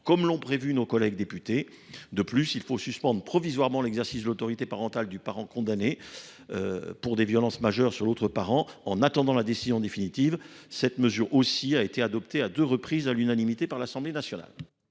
comme l’ont prévu nos collègues députés. De plus, il faut suspendre provisoirement l’exercice de l’autorité parentale du parent condamné pour des violences majeures sur l’autre parent en attendant la décision définitive. Cette mesure a elle aussi été adoptée à deux reprises, à l’unanimité, par l’Assemblée nationale.